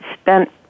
spent